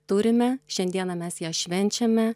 turime šiandieną mes ją švenčiame